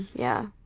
yeah.